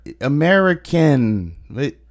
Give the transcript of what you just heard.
American